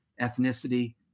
ethnicity